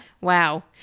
Wow